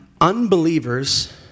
Unbelievers